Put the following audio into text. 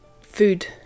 food